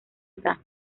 utah